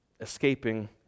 escaping